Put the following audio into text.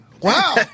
Wow